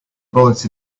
bullets